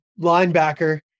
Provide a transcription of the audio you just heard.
linebacker